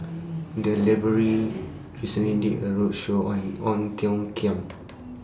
The Library recently did A roadshow on Ong Tiong Khiam